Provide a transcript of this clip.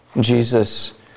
Jesus